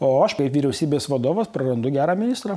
o aš kaip vyriausybės vadovas prarandu gerą ministrą